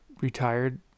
retired